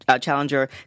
challenger